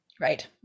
Right